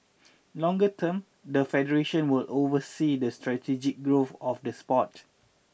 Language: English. longer term the federation will oversee the strategic growth of the sport